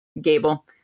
Gable